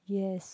yes